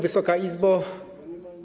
Wysoka Izbo!